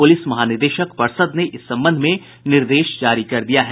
police महानिदेशक पर्षद ने इस संबंध में निर्देश जारी कर दिया है